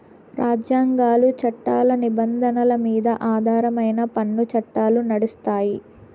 రాజ్యాంగాలు, చట్టాల నిబంధనల మీద ఆధారమై పన్ను చట్టాలు నడుస్తాయి